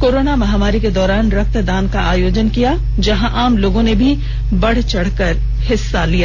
corona महामारी के दौरान रक्तदान का आयोजन किया जहां आम लोगों ने भी बढ़ चढ़कर भाग लिया